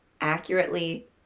accurately